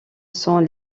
sont